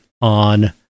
on